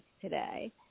today